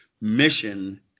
mission